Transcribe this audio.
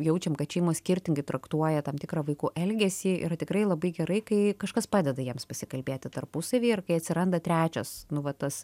jaučiam kad šeimos skirtingai traktuoja tam tikrą vaikų elgesį yra tikrai labai gerai kai kažkas padeda jiems pasikalbėti tarpusavy ir kai atsiranda trečias nu va tas